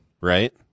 right